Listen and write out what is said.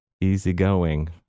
Easygoing